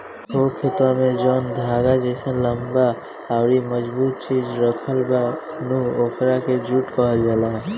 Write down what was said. हो खेतवा में जौन धागा जइसन लम्बा अउरी मजबूत चीज राखल बा नु ओकरे के जुट कहल जाला